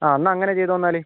ആ എന്നാൽ അങ്ങനെ ചെയ്തോ എന്നാൽ